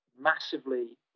massively